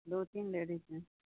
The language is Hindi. दो तीन लेडिज हैं